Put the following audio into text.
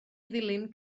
ddilyn